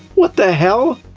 what the hell!